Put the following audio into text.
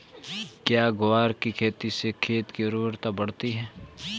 क्या ग्वार की खेती से खेत की ओर उर्वरकता बढ़ती है?